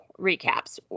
recaps